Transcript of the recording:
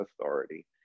authority